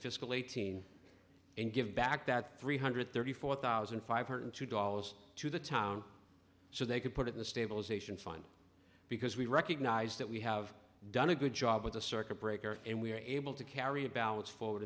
fiscal eighteen and give back that three hundred thirty four thousand five hundred two dollars to the town so they could put it in the stabilization fund because we recognize that we have done a good job with the circuit breaker and we are able to carry a balance forward